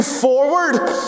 forward